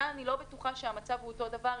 כאן אני לא בטוחה שהמצב הוא אותו דבר.